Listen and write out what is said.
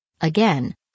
Again